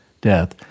death